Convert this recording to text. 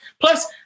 Plus